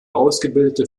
ausgebildete